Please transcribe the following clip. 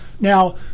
Now